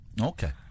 Okay